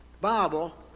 Bible